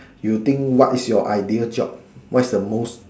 you think what is your ideal job what is the most